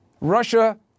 Russia